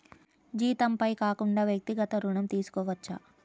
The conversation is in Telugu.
జీతంపై కాకుండా వ్యక్తిగత ఋణం తీసుకోవచ్చా?